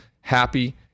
happy